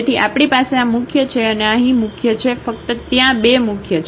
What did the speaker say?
તેથી આપણી પાસે આ મુખ્ય છે અને આ અહીં મુખ્ય છે ફક્ત ત્યાં બે મુખ્ય છે